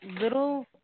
little